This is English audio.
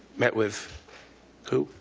met with who?